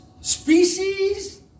species